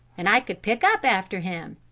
and i could pick up after him!